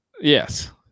Yes